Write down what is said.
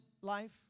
life